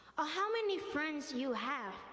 or how many friends you have,